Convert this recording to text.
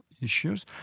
issues